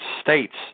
states